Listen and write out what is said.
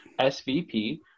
SVP